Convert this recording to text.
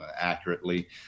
accurately